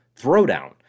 throwdown